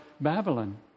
Babylon